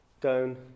Down